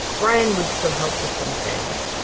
brian would still help with some things,